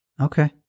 Okay